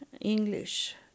English